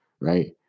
right